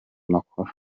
makuru